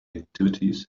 activities